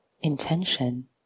intention